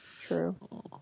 True